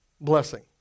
blessing